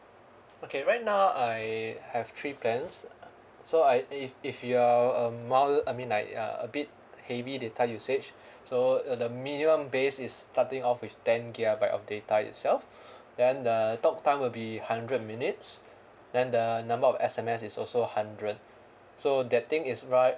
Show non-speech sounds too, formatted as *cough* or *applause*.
okay right now I have three plans uh so I if if you are um mild I mean like a a bit heavy data usage *breath* so uh the minimum base is starting off with ten gigabyte of data itself *breath* then the talk time will be hundred minutes then the number of S_M_S is also hundred so that thing is right